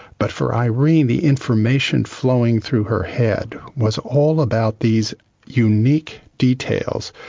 but for irene the information flowing through her head was all about these unique details,